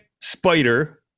spider